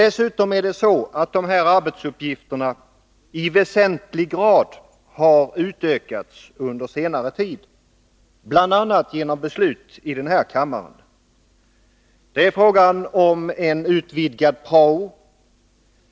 Dessutom har dessa arbetsuppgifter i väsentlig grad utökats under senare tid, bl.a. genom beslut i denna kammare. Det är fråga om en utvidgad prao.